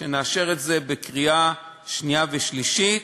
שנאשר את זה בקריאה שנייה ושלישית,